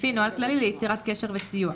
לפי נוהל כללי ליצירת קשר וסיוע,